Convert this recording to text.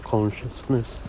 Consciousness